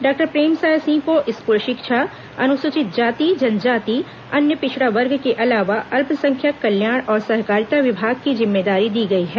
doctor Premsai Singh को school शिक्षा अनुसूचित जाति जनजाति अन्य पिछड़ा वर्ग के अलावा अल्पसंख्यक कल्याण और सहकारिता विभाग की जिम्मेदारी दी गई है